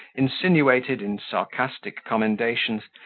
insinuated, in sarcastic commendations,